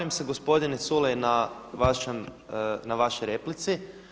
se gospodine Culej na vašoj replici.